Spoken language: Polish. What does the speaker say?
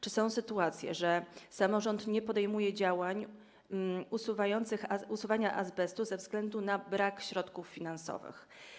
Czy są sytuacje, że samorząd nie podejmuje działań usuwania azbestu ze względu na brak środków finansowych?